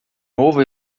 novo